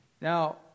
now